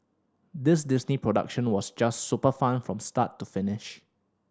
this Disney production was just super fun from start to finish